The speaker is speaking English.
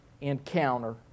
encounter